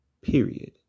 period